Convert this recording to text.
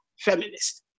feminist